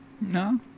No